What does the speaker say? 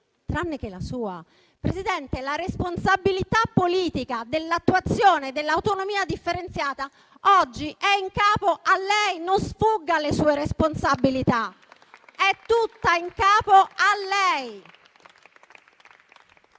tranne che la sua. Presidente, la responsabilità politica dell'attuazione dell'autonomia differenziata oggi è in capo a lei. Non sfugga alle sue responsabilità: è tutta in capo a lei.